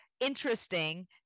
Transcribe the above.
interesting